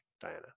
Diana